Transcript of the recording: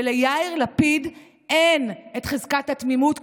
וליאיר לפיד אין את חזקה התמימות,